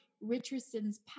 Richardson's